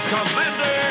Commander